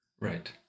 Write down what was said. Right